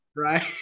right